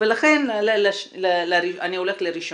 לכן הוא הולך לראשונה.